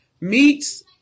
meats